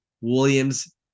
williams